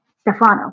Stefano